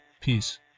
Peace